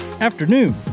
afternoon